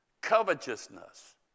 covetousness